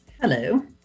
Hello